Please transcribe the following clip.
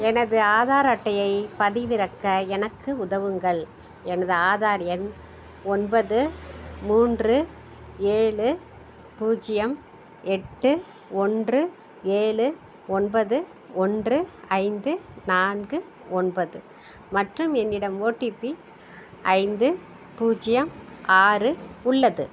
எனது ஆதார் அட்டையைப் பதிவிறக்க எனக்கு உதவுங்கள் எனது ஆதார் எண் ஒன்பது மூன்று ஏழு பூஜ்ஜியம் எட்டு ஒன்று ஏழு ஒன்பது ஒன்று ஐந்து நான்கு ஒன்பது மற்றும் என்னிடம் ஓடிபி ஐந்து பூஜ்ஜியம் ஆறு உள்ளது